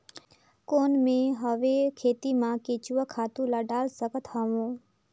कौन मैं हवे खेती मा केचुआ खातु ला डाल सकत हवो?